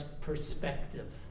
perspective